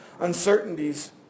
uncertainties